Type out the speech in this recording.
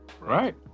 Right